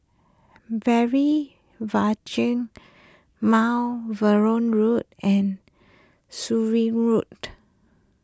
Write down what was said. Mount Vernon Road and Surin Road